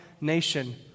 nation